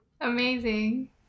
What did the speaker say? Amazing